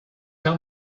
tell